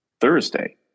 Thursday